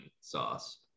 Sauce